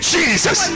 Jesus